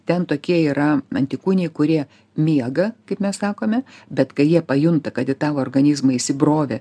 ten tokie yra antikūniai kurie miega kaip mes sakome bet kai jie pajunta kad į tavo organizmą įsibrovė